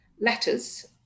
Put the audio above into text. letters